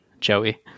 Joey